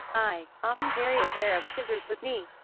i often carry a pair of scissors with me,